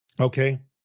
Okay